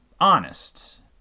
Honest